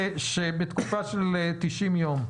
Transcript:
בעד בתקופה של 90 ימים.